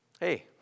Hey